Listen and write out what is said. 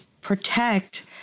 protect